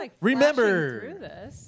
Remember